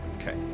Okay